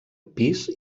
pis